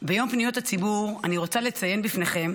ביום פניות הציבור אני רוצה לציין בפניכם